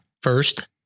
First